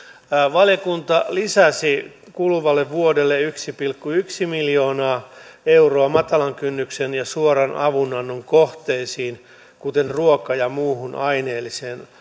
valiokunta lisäsi kuluvalle vuodelle yksi pilkku yksi miljoonaa euroa matalan kynnyksen ja suoran avunannon kohteisiin kuten ruoka ja muuhun aineelliseen